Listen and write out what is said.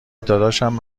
داداشم